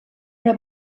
una